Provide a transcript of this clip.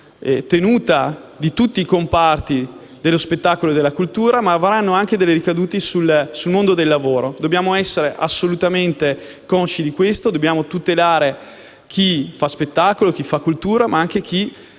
tenuta di tutti i comparti dello spettacolo e della cultura, ma avrà anche ricadute sul mondo del lavoro. Dobbiamo essere assolutamente consci di questo; dobbiamo tutelare chi fa spettacolo, chi fa cultura, ma anche chi